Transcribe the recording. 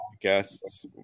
guests